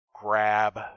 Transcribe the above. Grab